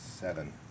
seven